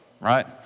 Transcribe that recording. right